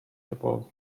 suppose